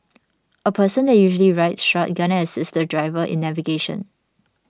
a person that usually rides shotgun and assists the driver in navigation